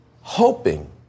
hoping